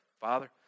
Father